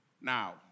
now